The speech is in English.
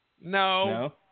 No